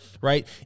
right